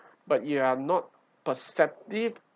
but you are not perspective